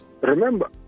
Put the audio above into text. Remember